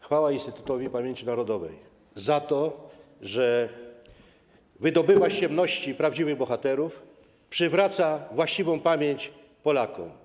Chwała Instytutowi Pamięci Narodowej za to, że wydobyła z ciemności prawdziwych bohaterów i przywraca właściwą pamięć Polakom.